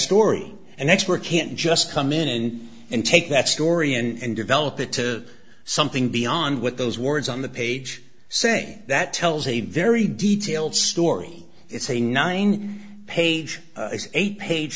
story an expert can't just come in and take that story and develop it to something beyond what those words on the page say that tells a very detailed story it's a nine page eight page